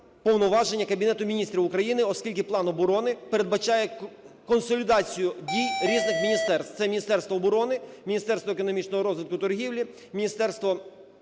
повноваження Кабінету Міністрів України. Оскільки план оборони передбачає консолідацію дій різних міністерств, це Міністерство оборони, Міністерство економічного розвитку і торгівлі, Міністерство